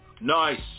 nice